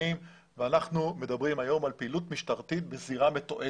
ואנחנו מדברים היום על פעילות משטרתית בזירה מתועדת.